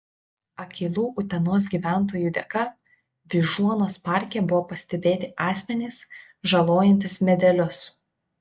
akylų utenos gyventojų dėka vyžuonos parke buvo pastebėti asmenys žalojantys medelius